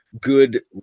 good